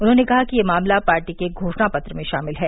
उन्होंने कहा कि ये मामला पार्टी के घोषणा पत्र में शामिल है